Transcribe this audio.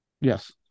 Yes